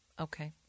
Okay